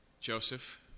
Joseph